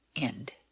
end